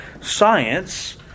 science